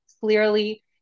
clearly